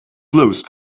closed